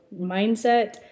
mindset